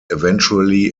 eventually